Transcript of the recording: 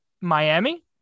Miami